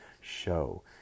show